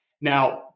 Now